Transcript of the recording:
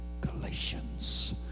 Galatians